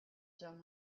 down